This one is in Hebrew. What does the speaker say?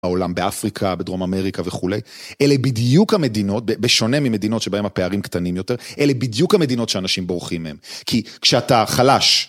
בעולם באפריקה, בדרום אמריקה וכולי, אלה בדיוק המדינות, בשונה ממדינות שבהן הפערים קטנים יותר, אלה בדיוק המדינות שאנשים בורחים מהן. כי כשאתה חלש...